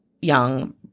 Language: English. young